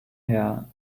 her